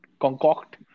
concoct